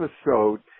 episode